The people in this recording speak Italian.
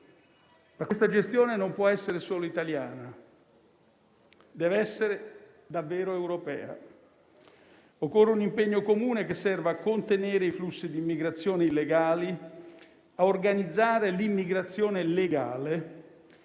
ma questa gestione non può essere soltanto italiana; dev'essere davvero europea. Occorre un impegno comune, che serva a contenere i flussi di immigrazione illegali, a organizzare l'immigrazione legale